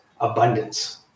abundance